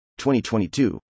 2022